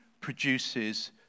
produces